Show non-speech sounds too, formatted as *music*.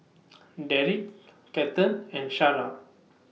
*noise* Darrick Kathern and Shara